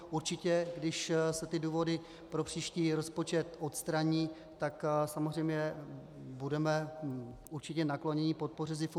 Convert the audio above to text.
Určitě když se ty důvody pro příští rozpočet odstraní, tak samozřejmě budeme určitě nakloněni podpoře SZIFu.